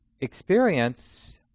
experience